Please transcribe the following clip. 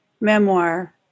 memoir